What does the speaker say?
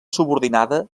subordinada